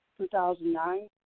2009